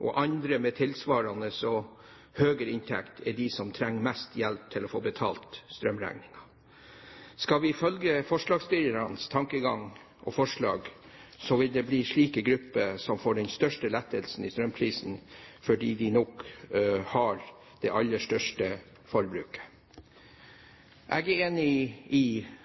og andre med tilsvarende og høyere inntekt, er de som trenger mest hjelp til å få betalt strømregningen. Skal vi følge forslagsstillernes tankegang og forslag, vil det bli slike grupper som får den største lettelsen i strømregningen, fordi det nok er de som har det aller største forbruket. Jeg er enig i